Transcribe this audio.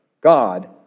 God